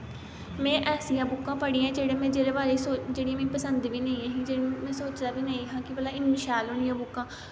मैं ऐसियां बुक्कां पढ़ियां जेह्ड़ियां में जेह्दे बारे च जेह्ड़ियां मीं पसंद बी नेंई जेह्ड़ियां में सोचे दा बी नेईं हा कि भला इन्नियां शैल होनियां बुक्कां